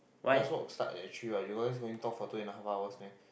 you guys work start at three what you always going talk for two and a half hours meh